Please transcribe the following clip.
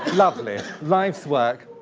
lovely. life's work.